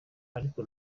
ariko